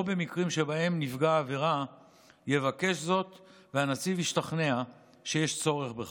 במקרים שבהם נפגע העבירה יבקש זאת והנציב ישתכנע שיש צורך בכך.